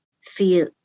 feel